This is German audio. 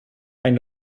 ein